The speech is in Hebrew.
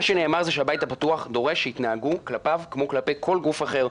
מה שנאמר זה שהבית הפתוח דורש שיתנהגו כלפיו כמו כלפי כל גוף אחר.